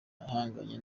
ahanganye